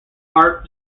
art